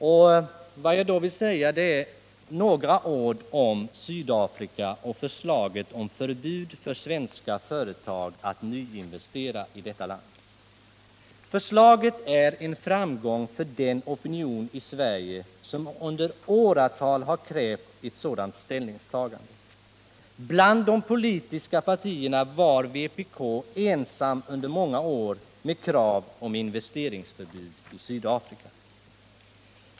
Jag vill då säga några ord om Sydafrika och förslaget om förbud för svenska företag att nyinvestera i detta land. Förslaget är en framgång för den opinion i Sverige som under åratal har krävt ett sådant ställningstagande. Bland de politiska partierna har vpk under många år varit ensamt med krav på förbud mot investering i Sydafrika.